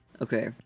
Okay